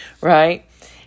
right